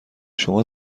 شما